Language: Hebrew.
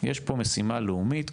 יש פה משימה לאומית,